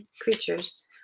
creatures